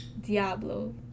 Diablo